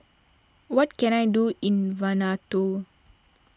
what can I do in Vanuatu